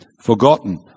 forgotten